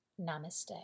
namaste